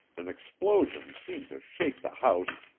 an explosion seemed to shake the house,